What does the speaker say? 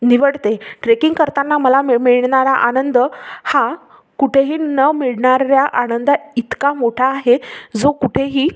निवडते ट्रेकिंग करताना मला मिळ मिळणारा आनंद हा कुठेही न मिळणाऱ्या आनंदाइतका मोठा आहे जो कुठेही